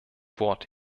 wort